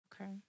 Okay